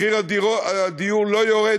מחיר הדיור לא יורד,